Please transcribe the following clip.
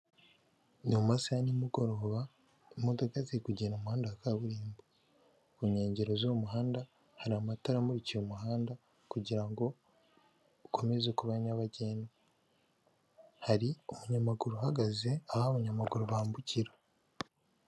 Ni mu masaha ya nimugoroba imodoka ziri kugenda mu muhanda wa kaburimbo, ku nkengero z'umuhanda hari amatara amuririka umuhanda kugira ngo ukomeze kuba nyabagendwa, hari umunyamaguru uhagaze aho abanyamaguru bambukira.